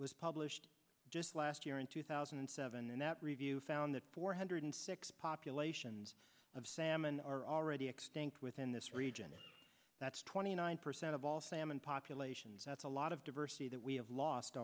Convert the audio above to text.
was published just last year in two thousand and seven and that review found that four hundred six populations of salmon are already extinct within this region that's twenty nine percent of all famine populations that's a lot of diversity that we have lost